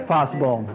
possible